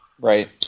right